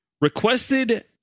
Requested